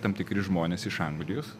tam tikri žmonės iš anglijos